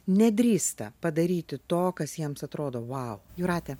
nedrįsta padaryti to kas jiems atrodo vau jūratę